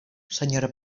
senyora